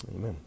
Amen